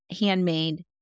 handmade